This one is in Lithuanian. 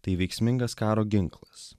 tai veiksmingas karo ginklas